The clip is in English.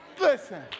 Listen